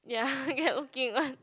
ya kept looking one